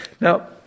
Now